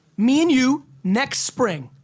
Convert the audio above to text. me and you next spring.